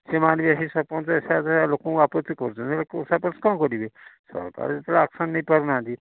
ସେମାନେ ସରପଞ୍ଚ ଲୋକଙ୍କୁ ଆପତ୍ତି କରୁଛନ୍ତି ହେଲେ କେଉଁ ସରପଞ୍ଚ କ'ଣ କରିବେ ସରକାର ଯେତେବେଳେ ଆକ୍ସନ୍ ନେଇ ପାରୁନାହାଁନ୍ତି